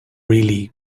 really